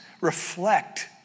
reflect